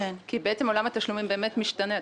עולם התשלומים באמת משתנה.